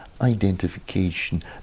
Identification